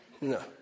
No